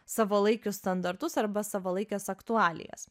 savalaikius standartus arba savalaikes aktualijas